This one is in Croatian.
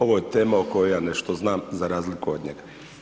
Ovo je tema o kojoj ja nešto znam za razliku od njega.